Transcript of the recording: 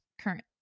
current